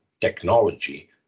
technology